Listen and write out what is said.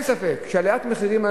אין ספק שעליית מחירים,